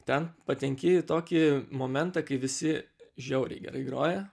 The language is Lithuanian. ten patenki į tokį momentą kai visi žiauriai gerai groja